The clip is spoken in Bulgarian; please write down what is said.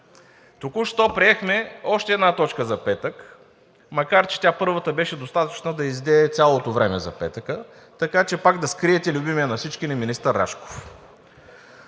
Току-що приехме още една точка за петък, макар че първата беше достатъчна, за да изяде цялото време за петък, така че пак да скриете любимия на всички ни министър Рашков.